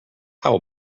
how